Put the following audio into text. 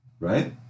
Right